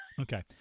Okay